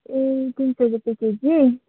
ए तिन सौ रुपियाँ केजी